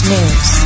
News